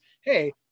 hey